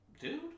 dude